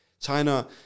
China